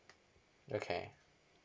okay